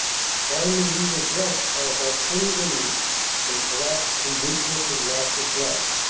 finally he was rushed by about twenty enemy and collapsed from weakness and loss of blood.